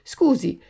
Scusi